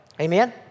Amen